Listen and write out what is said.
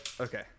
Okay